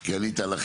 כי ענית על החיזוק.